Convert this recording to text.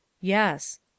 Yes